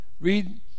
Read